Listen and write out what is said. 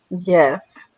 Yes